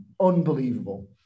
Unbelievable